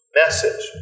message